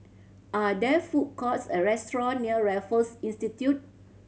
are there food courts or restaurant near Raffles Institute